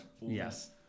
Yes